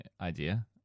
idea